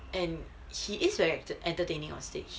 and he is very very entertaining on stage